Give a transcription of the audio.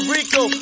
Rico